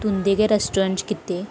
तुंदे गै रैस्ट्रोरेंट च कीते